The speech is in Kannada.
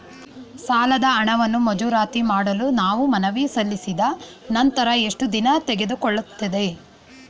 ಸಾಲದ ಹಣವನ್ನು ಮಂಜೂರಾತಿ ಮಾಡಲು ನಾವು ಮನವಿ ಸಲ್ಲಿಸಿದ ನಂತರ ಎಷ್ಟು ದಿನ ತೆಗೆದುಕೊಳ್ಳುತ್ತದೆ?